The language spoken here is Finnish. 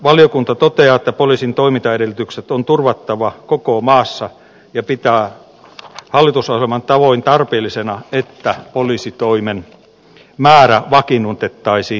valiokunta toteaa että poliisin toimintaedellytykset on turvattava koko maassa ja pitää hallitusohjelman tavoin tarpeellisena että poliisitoimen määrä vakiinnutettaisiin nykyiselle tasolle